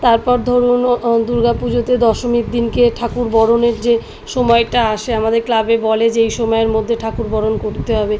তারপর ধরুন দুর্গা পুজোতে দশমীর দিনকে ঠাকুর বরণের যে সময়টা আসে আমাদের ক্লাবে বলে যে এই সময়ের মধ্যে ঠাকুর বরণ করতে হবে